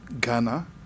Ghana